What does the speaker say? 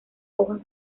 hojas